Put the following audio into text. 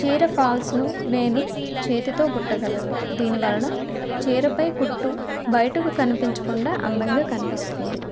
చీర ఫాల్స్ను నేను చేతితో కుట్టగలను దీనివలన చీరపై కుట్టు బయటకు కనిపించకుండా అందంగా కనిపిస్తుంది